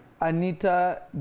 Anita